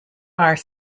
are